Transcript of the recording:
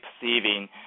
perceiving